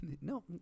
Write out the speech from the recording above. No